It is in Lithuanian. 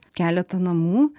keletą namų